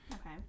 Okay